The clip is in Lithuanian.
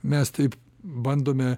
mes taip bandome